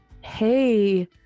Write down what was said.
Hey